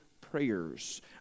prayers